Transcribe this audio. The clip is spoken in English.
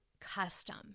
custom